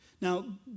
Now